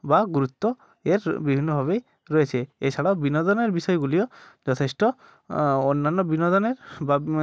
বা গুরুত্ব এর বিভিন্নভাবেই রয়েছে এছাড়াও বিনোদনের বিষয়গুলিও যথেষ্ট অন্যান্য বিনোদনের বা